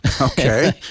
okay